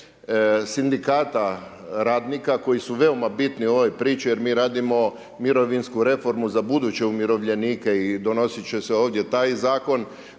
Sindikata radnika koji su veoma bitni u ovoj priči jer mi radimo mirovinsku reformu za ubuduće umirovljenike i donositi će se ovdje taj zakon.